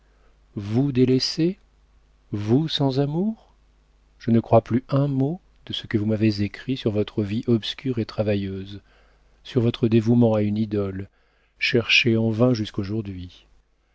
vous délaissé vous sans amour je ne crois plus un mot de ce que vous m'avez écrit sur votre vie obscure et travailleuse sur votre dévouement à une idole cherchée en vain jusqu'aujourd'hui